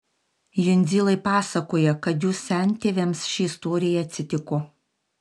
jundzilai pasakoja kad jų sentėviams ši istorija atsitiko